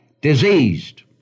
diseased